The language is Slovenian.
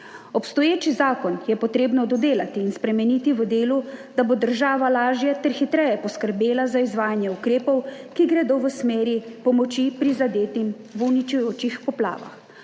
Obstoječi zakon je potrebno dodelati in spremeniti v delu, da bo država lažje ter hitreje poskrbela za izvajanje ukrepov, ki gredo v smeri pomoči prizadetim v uničujočih poplavah.